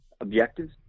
objectives